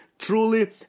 Truly